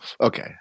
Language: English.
Okay